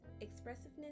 expressiveness